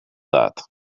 that